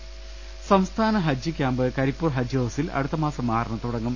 രദ്ദേഷ്ടങ സംസ്ഥാന ഹജ്ജ് ക്യാമ്പ് കരിപ്പൂർ ഹജ്ജ് ഹൌസിൽ അടുത്തമാസം ആറിന് തുടങ്ങും